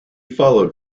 followed